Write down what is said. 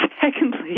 secondly